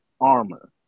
armor